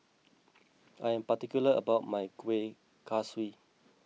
I am particular about my Kuih Kaswi